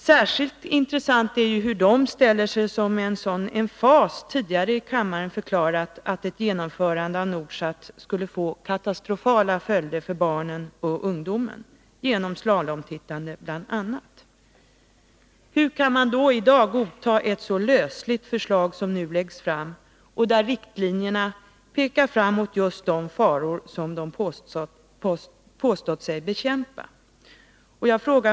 Särskilt intressant är ju hur de ställer sig som med sådan emfas tidigare i kammaren förklarat att ett genomförande av Nordsat skulle få katastrofala följder för barnen och ungdomen — genom slalomtittande bl.a. Hur kan de i dag godta ett så lösligt förslag som nu läggs fram, där riktlinjerna pekar fram mot just de faror som de påstått sig bekämpa?